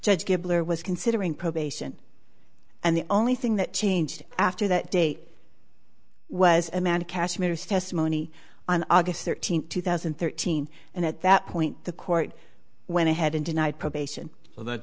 judge gabler was considering probation and the only thing that changed after that date was a man of kashmir's testimony on august thirteenth two thousand and thirteen and at that point the court went ahead and denied probation well that